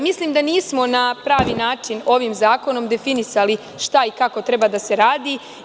Mislim da nismo na pravi način ovim zakonom definisali šta i kako treba da se radi.